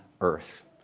earth